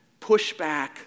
pushback